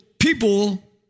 people